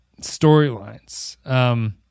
storylines